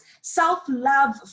Self-love